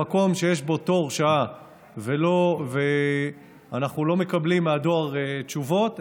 במקום שיש בו תור שעה ואנחנו לא מקבלים מהדואר תשובות,